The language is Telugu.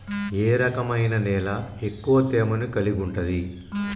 ఏ రకమైన నేల ఎక్కువ తేమను కలిగుంటది?